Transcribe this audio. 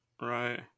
right